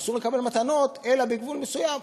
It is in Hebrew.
אסור לקבל מתנות אלא בגבול מסוים,